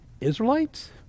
Israelites